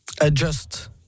adjust